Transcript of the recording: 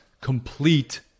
complete